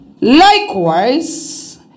Likewise